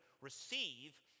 receive